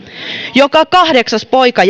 joka kahdeksas poika